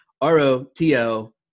R-O-T-O